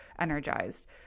energized